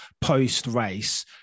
post-race